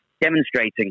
demonstrating